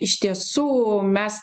iš tiesų mes